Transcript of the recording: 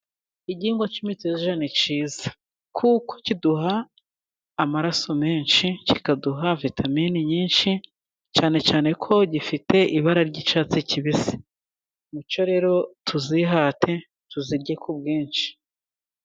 Igihingwa cy'imitija ni cyiza, kuko kiduha amaraso menshi, kikaduha vitamini nyinshi cyane cyane ko gifite ibara ry'icyatsi kibisi, mucyo rero tuzihate tuzirye ku bwinshi.